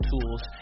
tools